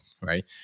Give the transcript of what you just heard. Right